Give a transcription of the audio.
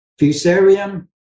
fusarium